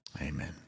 Amen